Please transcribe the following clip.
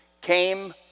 came